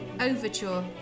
Overture